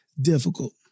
difficult